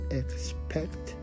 expect